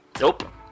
Nope